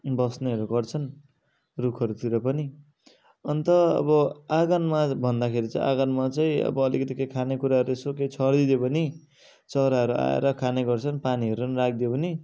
बस्नेहरू गर्छन् रुखहरूतिर पनि अन्त अब आँगनमा भन्दाखेरि चाहिँ आँगनमा चाहिँ अब अलिकति केही खाने कुराहरू यसो केही छरिदियो भने चराहरू आएर खाने गर्छन् पानीहरू राखिदियो भने